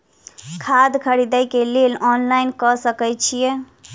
खाद खरीदे केँ लेल ऑनलाइन कऽ सकय छीयै?